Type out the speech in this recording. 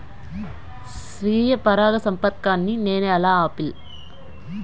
స్వీయ పరాగసంపర్కాన్ని నేను ఎలా ఆపిల్?